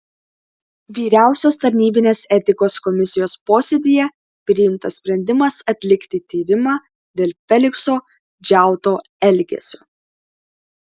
vyriausios tarnybinės etikos komisijos posėdyje priimtas sprendimas atlikti tyrimą dėl felikso džiauto elgesio